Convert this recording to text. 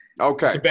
Okay